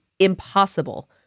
impossible